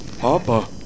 Papa